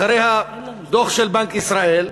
אחרי הדוח של בנק ישראל,